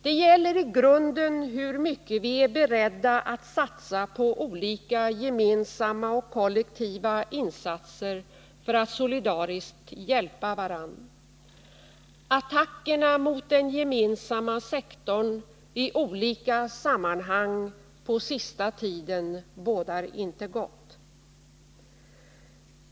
Det gäller i grunden hur mycket vi är beredda att satsa på olika gemensamma och kollektiva insatser för att solidariskt hjälpa varandra. Attackerna mot den gemensamma sektorn i olika sammanhang på sista tiden bådar inte gott.